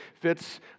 fits